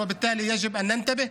ולכן עלינו להיזהר.